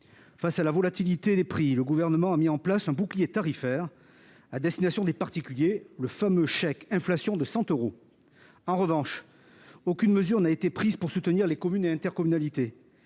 Face à la volatilité des prix, le Gouvernement a mis en place un bouclier tarifaire à destination des particuliers : le fameux chèque inflation de 100 euros. En revanche, aucune mesure n'a été prise pour soutenir les communes et les intercommunalités.